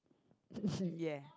ya